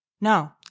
no